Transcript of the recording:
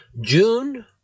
June